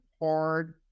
hard